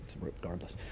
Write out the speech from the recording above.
regardless